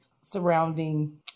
surrounding